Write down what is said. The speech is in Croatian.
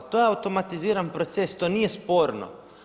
To je automatiziran proces, to nije sporno.